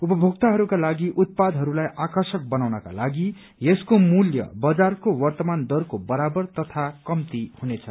उपभोक्ताहरूका लागि उत्पादहरूलाई आकर्षक बनाउनका लागि यसको मूल्य बजारको वर्तमान दरको बराबर तथा कम्ती हुनेछ